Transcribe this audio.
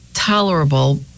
tolerable